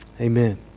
Amen